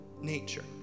nature